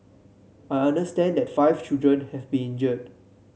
I understand that five children have been injured